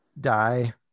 die